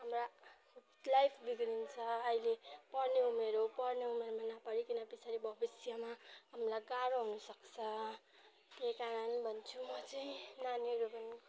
हाम्रा लाइफ बिग्रिन्छ आहिले पढने उमेर हो पढने उमेरमा नपढिकन पछाडि भविष्यमा हामलाई गाह्रो हुन सक्छ त्यही कारण भन्छु म चाहिँ नानीहरू भनेको